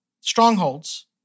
strongholds